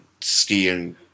skiing